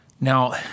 Now